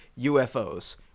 UFOs